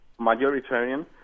majoritarian